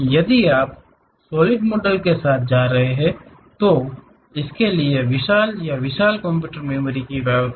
यदि आप solid model के साथ जा रहे हैं तो इसके लिए विशाल या विशाल कंप्यूटर मेमोरी की आवश्यकता होती है